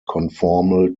conformal